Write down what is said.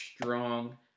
strong